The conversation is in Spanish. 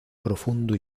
profundo